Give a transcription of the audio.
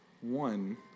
One